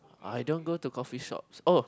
I don't go to coffee shops oh